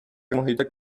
محیط